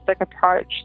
approach